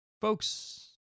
Folks